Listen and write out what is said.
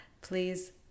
Please